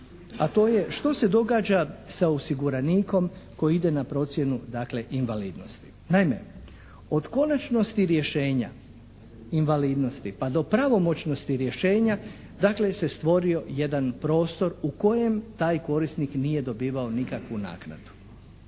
a to je što se događa sa osiguranikom koji ide na procjenu dakle invalidnosti. Naime, od konačnosti rješenja invalidnosti pa do pravomoćnosti rješenja dakle se stvorio jedan prostor u kojem taj korisnik nije dobivao nikakvu naknadu